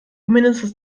mindestens